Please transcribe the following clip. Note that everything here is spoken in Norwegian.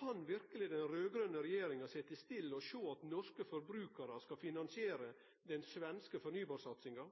Kan verkeleg den raud-grøne regjeringa sitje stille og sjå på at norske forbrukarar skal finansiere den svenske fornybarsatsinga?